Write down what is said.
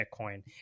bitcoin